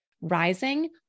rising